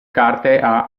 carte